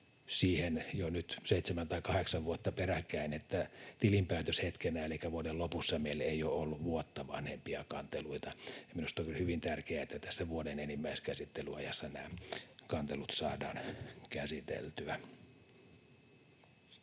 siihen nyt jo seitsemän tai kahdeksan vuotta peräkkäin, että tilinpäätöshetkenä elikkä vuoden lopussa meillä ei ole ollut vuotta vanhempia kanteluita, ja minusta on kyllä hyvin tärkeää, että tässä vuoden enimmäiskäsittelyajassa nämä kantelut saadaan käsiteltyä.